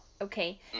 okay